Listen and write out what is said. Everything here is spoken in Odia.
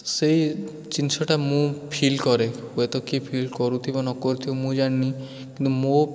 ସେଇ ଜିନିଷଟା ମୁଁ ଫିଲ୍ କରେ ହୁଏତ କିଏ ଫିଲ୍ କରୁଥିବ ନ କରୁଥିବ ମୁଁ ଜାଣିନି କିନ୍ତୁ ମୋ